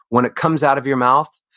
when it comes out of your mouth,